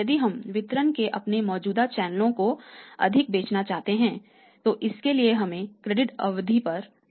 यदि हम वितरण के अपने मौजूदा चैनलों को अधिक बेचना चाहते हैं तो इसके लिए हमें क्रेडिट अवधि में ढील देनी होगी